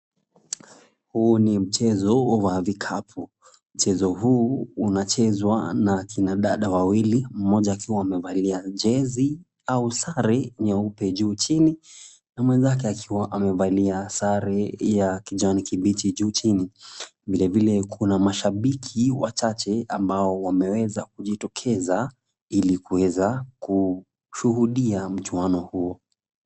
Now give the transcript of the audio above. Huu ni mchezo wa vikapu. Mchezo huu unachezwa na akina dada wawili mmoja akiwa amevalia jezi au sare nyeupe juu chini na mwenzake akiwa amevalia sare ya kijani kibichi juu chini. Vilevile kuna mashabiki wachache ambao wameweza kujitokeza ili kuweza kushuhudia mchuano huo.